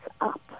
up